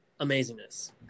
amazingness